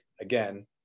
Again